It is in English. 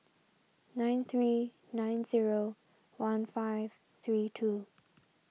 nine three nine zero one five three two